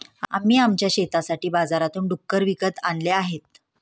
आम्ही आमच्या शेतासाठी बाजारातून डुक्कर विकत आणले आहेत